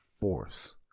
force